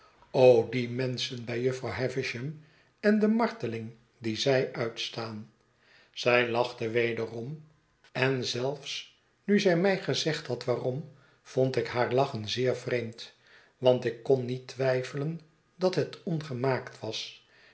die menschen bij jufvrouw havisham en de marteling die zij uitstaan zij lachte wederom en zelfs nu zij my gezegd had waarom vond ik haar lachen zeer vreemd want ik kon niet twijfelen dat het ongemaakt was